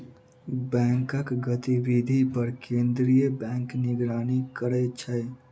बैंकक गतिविधि पर केंद्रीय बैंक निगरानी करै छै